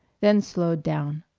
then slowed down.